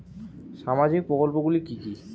সামাজিক প্রকল্পগুলি কি কি?